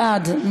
מי בעד?